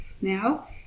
now